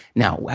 now,